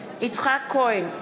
בעד יצחק כהן,